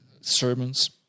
sermons